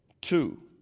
two